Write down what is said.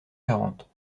quarante